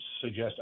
suggest